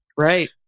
Right